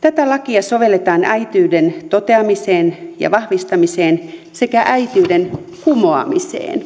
tätä lakia sovelletaan äitiyden toteamiseen ja vahvistamiseen sekä äitiyden kumoamiseen